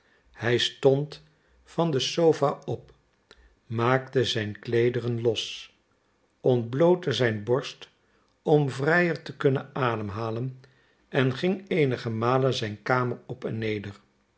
hij stond van de sopha op maakte zijn kleederen los ontblootte zijn borst om vrijer te kunnen ademhalen en ging eenige malen zijn kamer op en neder